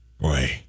Boy